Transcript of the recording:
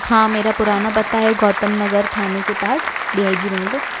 हाँ मेरा पुराना पता है गौतम नगर थाने के पास डी आई जी बंग्लो